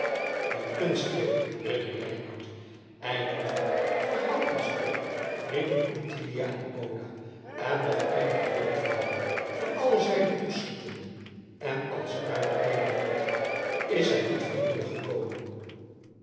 een kunstgreep ridder reinout eilieve verhaal ons toch riepen ottilia en oda en nog eenige jonkvrouwen van alle zijden toeschietende en als uit éénen mond is zij niet vrijwillig gekomen